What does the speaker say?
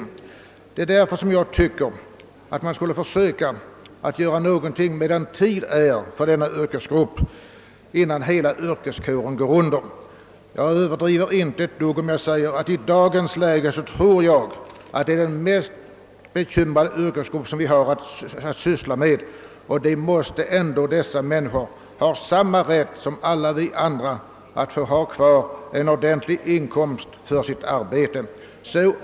Jag anser därför att man medan tid är borde göra något för fiskarna, innan hela yrkeskåren går under. Jag överdriver inte om jag säger att fiskarna i dag är den yrkesgrupp som har de största bekymren. De måste ju ändå ha samma rätt som vi andra till en ordentlig inkomst av sitt arbete.